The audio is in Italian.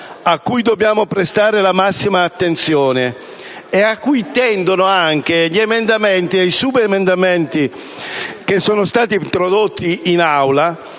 a cui dobbiamo prestare la massima attenzione e a cui tendono anche gli emendamenti e i subemendamenti introdotti in Aula